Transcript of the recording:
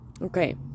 Okay